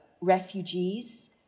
refugees